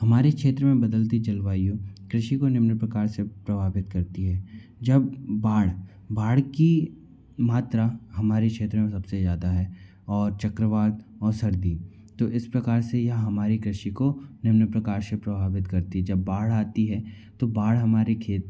हमारे क्षेत्र में बदलती जलवायु कृषि को निम्न प्रकार से प्रभावित करती है जब बाढ़ बाढ़ की मात्रा हमारे क्षेत्र में सब से ज़्यादा है और चक्रवात और सर्दी तो इस प्रकार से यह हमारी कृषि को निम्न प्रकार से प्रभावित करती है जब बाढ़ आती है तो बाढ़ हमारे खेत